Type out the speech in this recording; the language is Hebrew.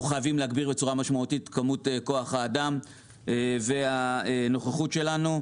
אנחנו חייבים להגביר בצורה משמעותית את כמות כוח האדם והנוכחות שלנו.